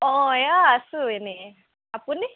অ এইয়া আছোঁ এনেই আপুনি